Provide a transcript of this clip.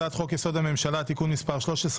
הצעת חוק-יסוד: הממשלה (תיקון מס' 13)